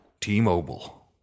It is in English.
T-Mobile